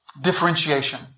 differentiation